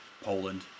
Poland